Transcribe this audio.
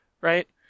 right